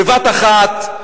בבת-אחת,